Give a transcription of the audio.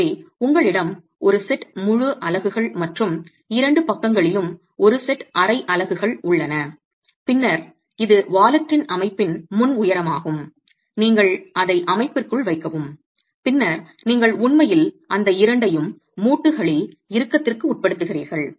எனவே உங்களிடம் ஒரு செட் முழு அலகுகள் மற்றும் இரண்டு பக்கங்களிலும் ஒரு செட் அரை அலகுகள் உள்ளன பின்னர் இது பணப்பையின் அமைப்பின் முன் உயரமாகும் நீங்கள் அதை அமைப்பிற்குள் வைக்கவும் பின்னர் நீங்கள் உண்மையில் அந்த இரண்டையும் மூட்டுகளில் இறுக்கத்திற்கு உட்படுத்துகிறீர்கள்